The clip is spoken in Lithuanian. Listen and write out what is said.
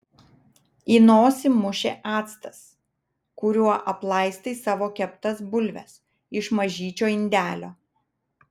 į nosį mušė actas kuriuo aplaistai savo keptas bulves iš mažyčio indelio